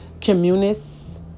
Communists